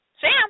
Sam